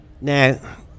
Now